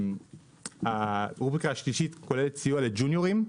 זה כוללת סיוע לג'וניורים,